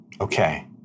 Okay